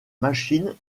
machines